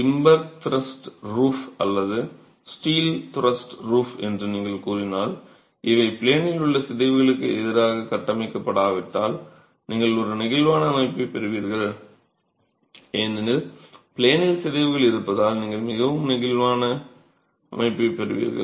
timber truss roof அல்லது steel truss roof என்று நீங்கள் கூறினால் இவை ப்ளேனில் உள்ள சிதைவுகளுக்கு எதிராக கட்டமைக்கப்படாவிட்டால் நீங்கள் ஒரு நெகிழ்வான அமைப்பைப் பெறுவீர்கள் ஏனெனில் ப்ளேனில் சிதைவுகள் இருப்பதால் நீங்கள் மிகவும் நெகிழ்வான அமைப்பைப் பெறுவீர்கள்